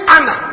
Anna